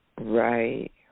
Right